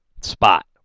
spot